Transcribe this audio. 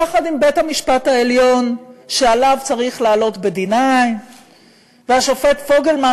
יחד עם בית-המשפט העליון שעליו צריך לעלות ב-9D-; והשופט פוגלמן,